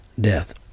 death